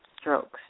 strokes